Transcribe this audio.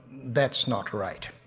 that's not right.